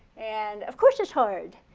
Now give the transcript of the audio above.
and of course it's hard.